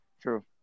True